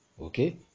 Okay